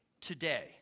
today